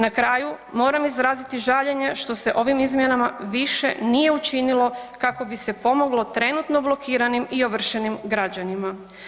Na kraju moram izraziti žaljenje što se ovim izmjenama više nije učinilo kako bi se pomoglo trenutno blokiranim i ovršenim građanima.